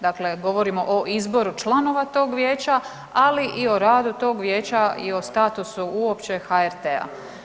Dakle, govorimo o izboru članova tog vijeća ali i o radu tog vijeća i o statusu uopće HRT-a.